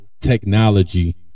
technology